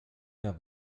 der